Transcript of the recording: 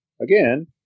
again